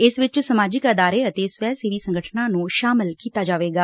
ਇਸ ਵਿਚ ਸਮਾਜਿਕ ਅਦਾਰੇ ਅਤੇ ਸਵੈ ਸੇਵੀ ਸੰਗਠਨਾਂ ਨੂੰ ਸਾਮਲ ਕੀਤਾ ਜਾਵੇਗਾ